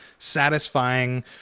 satisfying